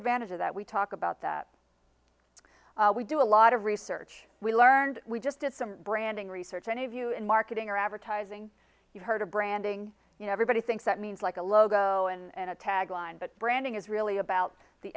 advantage of that we talk about that we do a lot of research we learned we just did some branding research any of you in marketing or advertising you've heard of branding everybody thinks that means like a logo and a tagline but branding is really about the